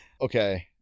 Okay